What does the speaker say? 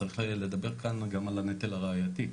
צריך לדבר כאן גם על הנטל הראייתי,